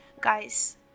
Guys